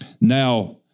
Now